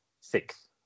six